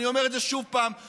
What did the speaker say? אני אומר את זה עוד פעם,